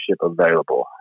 available